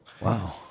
wow